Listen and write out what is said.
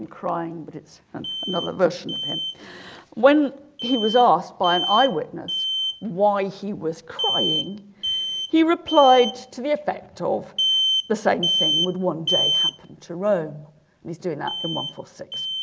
crying but it's another version of him when he was asked by an eyewitness why he was crying he replied to the effect of the same thing would one day happen to rome and he's doing that can one four six